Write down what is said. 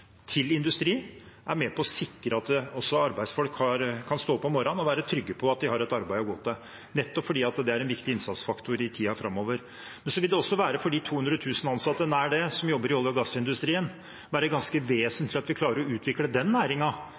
til industrien – er vi med og sikrer at arbeidsfolk kan stå opp om morgenen og være trygge på at de har et arbeid å gå til, nettopp fordi det er en viktig innsatsfaktor i tiden framover. Også for de nær 200 000 ansatte som jobber i olje- og gassindustrien, vil det være ganske vesentlig at vi klarer å utvikle den